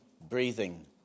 breathing